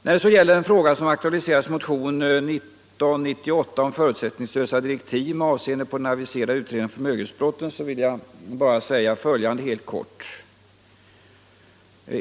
När de så gäller den fråga som aktualiseras i motionen 1998 om förutsättningslösa direktiv för den aviserade utredningen om förmögenhetsbrotten vill jag helt kort säga följande.